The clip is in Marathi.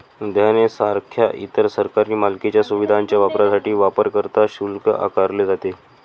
उद्याने सारख्या इतर सरकारी मालकीच्या सुविधांच्या वापरासाठी वापरकर्ता शुल्क आकारले जाते